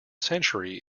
century